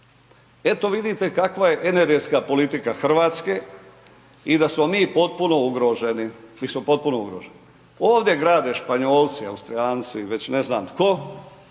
Eto vidite kakva je energetska politika Hrvatske i da smo mi potpuno ugroženi, mi smo potpuno ugroženi, ovdje grade Španjolci, Austrijanci, već ne znam, tko.